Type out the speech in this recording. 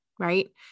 right